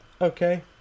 okay